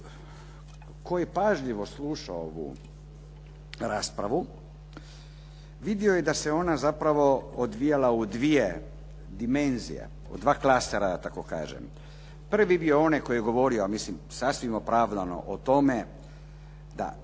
tko je pažljivo slušao ovu raspravu vidio je da se ona zapravo odvijala u dvije dimenzije, u dva klastera da tako kažem. Prvi je bio onaj koji je govorio, a mislim sasvim opravdano, o tome da